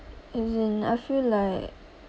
as in I feel like